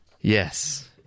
Yes